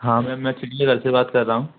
हाँ मैम मैं चिड़ियाघर से बात कर रहा हूँ